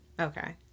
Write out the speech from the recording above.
Okay